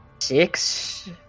six